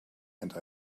and